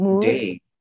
day